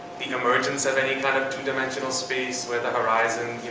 the emergence of any kind of two dimensional space where the horizon,